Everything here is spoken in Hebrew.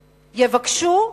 יבקשו,